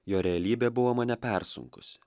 jo realybė buvo mane persunkusi